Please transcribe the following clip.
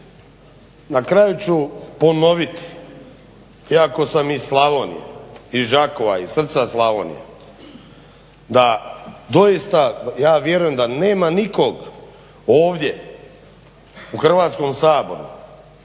Na kraju ću ponoviti, iako sam iz Slavonije, iz Đakova, iz srca Slavonije, da doista ja vjerujem da nema nikog ovdje u Hrvatskom saboru